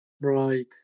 Right